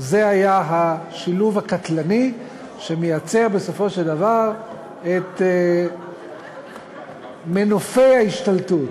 זה השילוב הקטלני שמייצר בסופו של דבר את מנופי ההשתלטות.